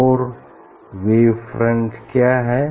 और wave front क्या है